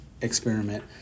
experiment